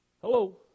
Hello